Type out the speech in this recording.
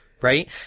Right